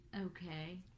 Okay